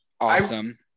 awesome